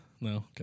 no